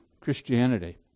Christianity